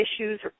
issues